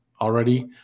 already